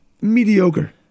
mediocre